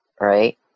right